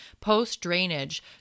post-drainage